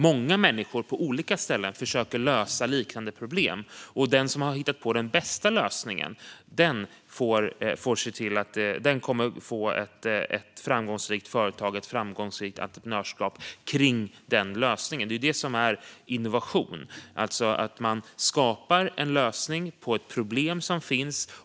Många människor på olika ställen försöker lösa liknande problem, och den som hittat på den bästa lösningen kommer att få ett framgångsrikt företag och entreprenörskap kring den lösningen. Det är innovation. Man skapar en lösning på ett problem som finns.